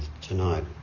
tonight